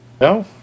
No